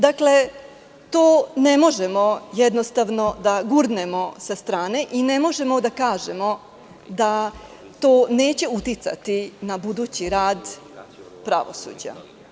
To ne možemo jednostavno da gurnemo sa strane i ne može da kažemo da to neće uticati na budući rad pravosuđa.